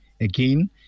Again